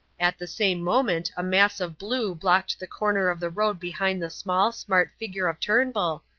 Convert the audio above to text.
at the same moment a mass of blue blocked the corner of the road behind the small, smart figure of turnbull,